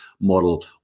model